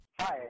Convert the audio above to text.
Hi